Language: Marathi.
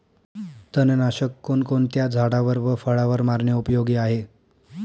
तणनाशक कोणकोणत्या झाडावर व फळावर मारणे उपयोगी आहे?